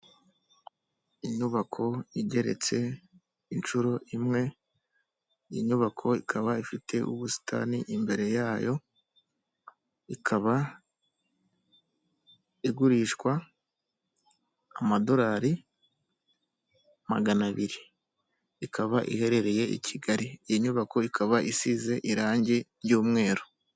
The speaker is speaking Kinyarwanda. Inyubako igeretse inshuro imwe; iyi nyubako ikaba ifite ubusitani imbere yayo, ikaba igurishwa amadorari magana abiri; ikaba iherereye i kigali, iyi nyubako ikaba isize irangi ry'umweru